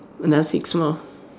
another six more